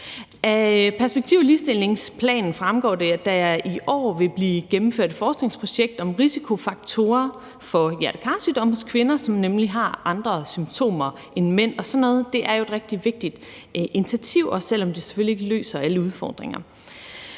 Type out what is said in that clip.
perspektiv- og handlingsplanen fremgår det, at der i år vil blive gennemført et forskningsprojekt om risikofaktorer for hjerte-kar-sygdomme hos kvinder, som nemlig har andre symptomer end mænd, og sådan noget er jo et rigtig vigtigt initiativ, også selv om det selvfølgelig ikke løser alle udfordringer.